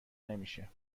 نمیشه